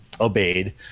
obeyed